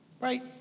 right